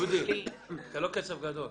דודי, זה לא כסף גדול,